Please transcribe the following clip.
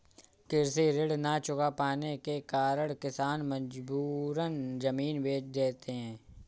कृषि ऋण न चुका पाने के कारण किसान मजबूरन जमीन बेच देते हैं